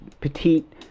petite